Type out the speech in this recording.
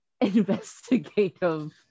investigative